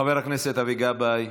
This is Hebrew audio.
חבר הכנסת אבי גבאי,